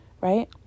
right